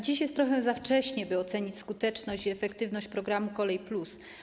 Dziś jest trochę za wcześnie, by ocenić skuteczność i efektywność programu ˝Kolej+˝